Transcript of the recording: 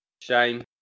Shame